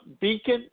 beacon